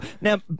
Now